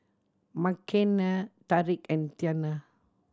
Makenna Tariq and Tianna